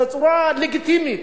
בצורה לגיטימית,